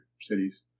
cities